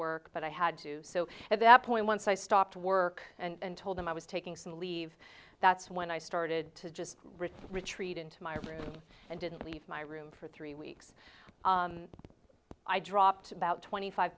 work but i had to so at that point once i stopped work and told them i was taking some leave that's when i started to just risk retreat into my room and didn't leave my room for three weeks i dropped about twenty five